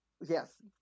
yes